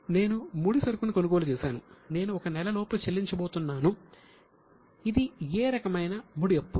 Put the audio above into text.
నేను ముడిసరుకును కొనుగోలు చేసాను నేను ఒక నెలలోపు చెల్లించబోతున్నాను ఇది ఏ రకమైన ముడి అప్పు